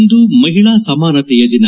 ಇಂದು ಮಹಿಳಾ ಸಮಾನತೆಯ ದಿನ